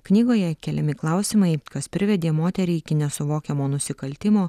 knygoje keliami klausimai kas privedė moterį iki nesuvokiamo nusikaltimo